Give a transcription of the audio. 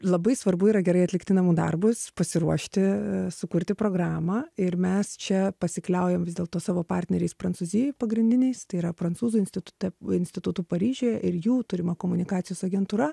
labai svarbu yra gerai atlikti namų darbus pasiruošti sukurti programą ir mes čia pasikliaujam vis dėlto savo partneriais prancūzijoj pagrindiniais tai yra prancūzų institute institutų paryžiuje ir jų turima komunikacijos agentūra